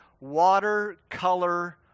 watercolor